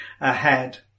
ahead